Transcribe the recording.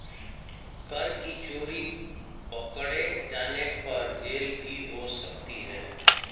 कर की चोरी पकडे़ जाने पर जेल भी हो सकती है